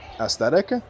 aesthetic